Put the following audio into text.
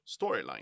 storyline